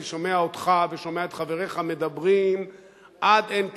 אני שומע אותך ואת חבריך מדברים עד אין קץ,